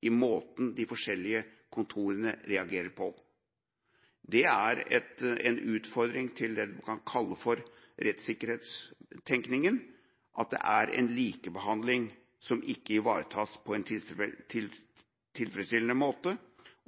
i måten de forskjellige kontorene reagerer på. Det er en utfordring for det man kan kalle rettssikkerhetstenkingen at det er en likebehandling som ikke ivaretas på en tilfredsstillende måte.